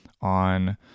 on